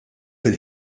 fil